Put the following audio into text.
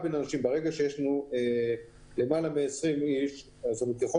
ברגע שיש לנו למעלה מ- 20 איש אז ככל